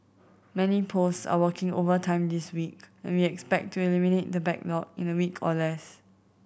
many post are working overtime this week and we expect to eliminate the backlog in a week or less